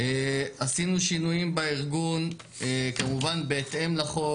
עשינו שינויים בארגון כמובן בהתאם לחוק